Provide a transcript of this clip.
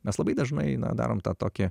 mes labai dažnai na darom tą tokią